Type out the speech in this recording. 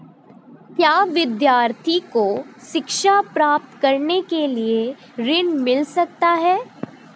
क्या विद्यार्थी को शिक्षा प्राप्त करने के लिए ऋण मिल सकता है?